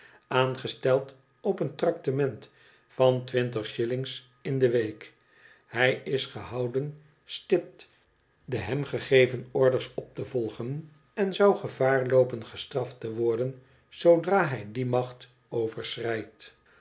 aangesteld op een traktement van twintig shillings in de week hij is gehouden stipt de hem gegeven orders op te volgen en zou gevaar loopen gestraft te worden zoodra hij die macht overschrijdt